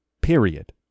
Period